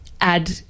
add